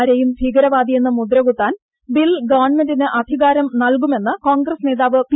ആരെയും ഭീകരവാദിയെന്ന് മുദ്രകുത്താൻ ബിൽ ഗവൺമെന്റിന് അധികാരം നൽകുമെന്ന് കോൺഗ്രസ് നേതാവ് പി